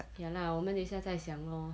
ya lah 我们现在等一下在想 lor